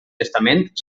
testament